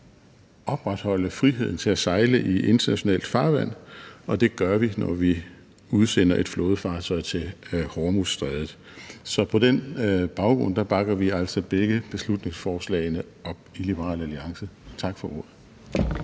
at opretholde friheden til at sejle i internationalt farvand. Og det gør vi, når vi udsender et flådefartøj til Hormuzstrædet. Så på den baggrund bakker vi altså begge beslutningsforslag op i Liberal Alliance. Tak for ordet.